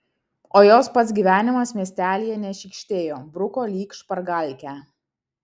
o jos pats gyvenimas miestelyje nešykštėjo bruko lyg špargalkę